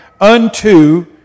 unto